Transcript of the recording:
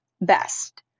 best